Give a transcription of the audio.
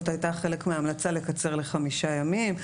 זו היתה חלק מההמלצה לקצר לחמישה ימים.